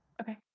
Okay